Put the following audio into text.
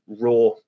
Raw